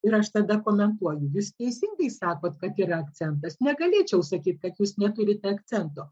ir aš tada komentuoju jūs teisingai sakot kad yra akcentas negalėčiau sakyti kad jūs neturite akcento